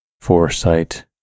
foresight